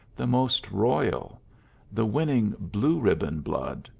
the most royal the winning blue-ribbon blood,